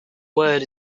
word